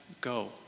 go